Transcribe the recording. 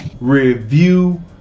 Review